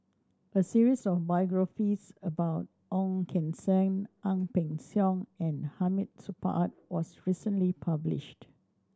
a series of biographies about Ong Keng Sen Ang Peng Siong and Hamid Supaat was recently published